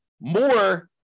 more